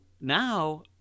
Now